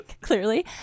clearly